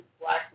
black